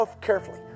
carefully